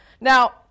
Now